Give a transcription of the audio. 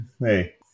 Hey